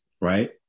Right